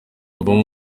avamo